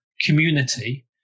community